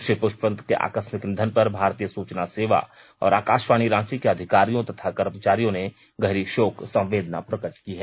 श्री पुष्पवंत के आकसमिक निधन पर भारतीय सूचना सेवा और आकाषवाणी रांची के अधिकारियों तथा कर्मचारियों ने गहरी शोक संवेदना प्रकट की है